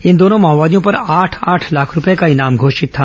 इन दोनों माओवादियों पर आठ आठ लाख रूपये का इनाम घोषित था